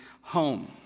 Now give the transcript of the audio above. home